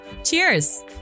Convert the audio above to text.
Cheers